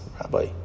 Rabbi